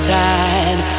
time